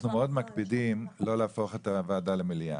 אנחנו מאוד מקפידים לא להפוך את הוועדה למליאה.